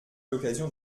l’occasion